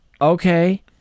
Okay